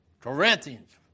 Corinthians